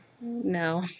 no